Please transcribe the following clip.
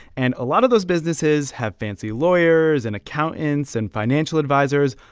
and a lot of those businesses have fancy lawyers and accountants and financial advisers,